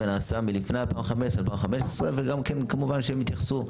מה נעשה מלפני 2015 וגם כן כמובן שהם יתייחסו.